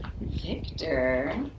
Victor